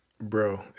Bro